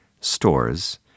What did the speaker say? stores